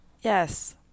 Yes